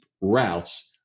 routes